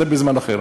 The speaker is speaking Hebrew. זה בזמן אחר.